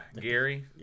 Gary